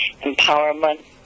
empowerment